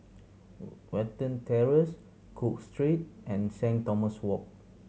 Watten Terrace Cook Street and Saint Thomas Walk